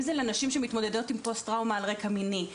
אם זה לנשים שמתמודדות עם פוסט טראומה על רקע מיני,